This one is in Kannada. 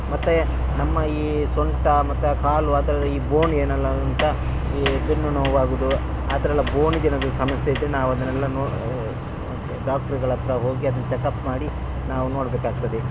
ಮತ್ತು ನಮ್ಮ ಈ ಸೊಂಟ ಮತ್ತು ಕಾಲು ಅದೆಲ್ಲ ಈ ಬೋನ್ ಏನೆಲ್ಲ ಉಂಟ ಈ ಬೆನ್ನುನೋವು ಆಗುದು ಆ ಥರಯೆಲ್ಲ ಬೋನಿಗೆ ಏನಾದರು ಸಮಸ್ಯೆ ಇದ್ದರೆ ನಾವು ಅದನ್ನೆಲ್ಲ ನೋ ಡಾಕ್ಟ್ರ್ಗಳ ಹತ್ರ ಹೋಗಿ ಅದನ್ನ ಚೆಕ್ಅಪ್ ಮಾಡಿ ನಾವು ನೋಡಬೇಕಾಗ್ತದೆ